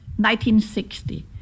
1960